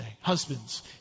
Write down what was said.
Husbands